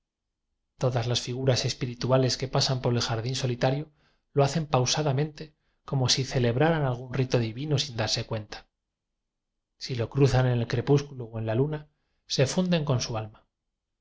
todas las figuras espirituales que pasan por el jardín solitario lo hacen pausada mente como si celebraran algún rito divino sin darse cuenta y si lo cruzan en el crepúsculo o en la luna se funden con su alma